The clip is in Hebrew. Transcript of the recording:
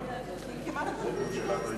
ההסתייגות של חבר הכנסת